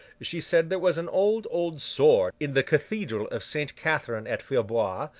she said there was an old, old sword in the cathedral of saint catherine at fierbois,